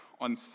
on